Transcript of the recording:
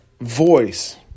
voice